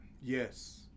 Yes